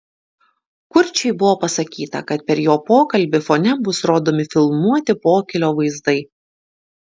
kurčiui buvo pasakyta kad per jo pokalbį fone bus rodomi filmuoti pokylio vaizdai